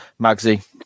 Magsy